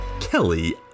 Kelly